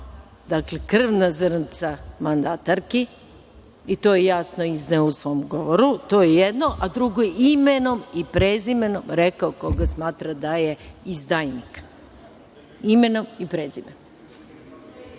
krvna zrnca mandatarki, i to je jasno izneo u svom govoru. To je jedno. Drugo, imenom i prezimenom rekao koga smatra da je izdajnik. Imenom i prezimenom